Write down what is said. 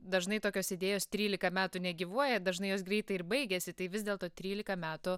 dažnai tokios idėjos trylika metų negyvuoja dažnai jos greitai ir baigiasi tai vis dėlto trylika metų